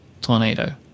tornado